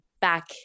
back